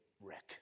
wreck